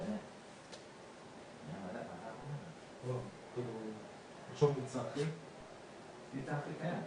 שלטעמנו בהחלט הגיע הזמן